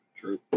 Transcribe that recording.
True